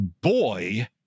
boy